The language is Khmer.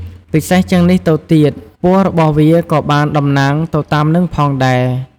ពិសេសជាងនេះទៅទៀត ពណ៌របស់វាក៏បានតំណាងទៅតាមនឹងផងដែរ។